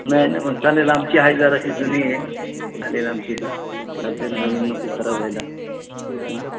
नाही नाही मग चालेल आमची आहे जराशी जुनी आहे चालेल आमची पण चालते नवीन नको खराब व्हायला हां